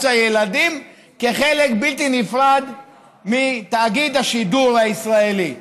הילדים כחלק בלתי נפרד מתאגיד השידור הישראלי.